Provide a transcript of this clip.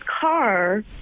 car